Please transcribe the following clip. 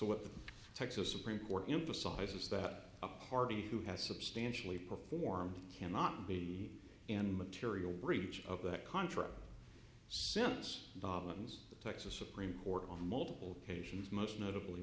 what the texas supreme court emphasizes that a party who has substantially performed cannot be in material breach of that contract since bobbins the texas supreme court on multiple occasions most notably